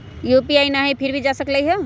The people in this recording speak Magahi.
यू.पी.आई न हई फिर भी जा सकलई ह?